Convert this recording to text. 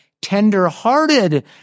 tender-hearted